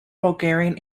bulgarian